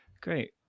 Great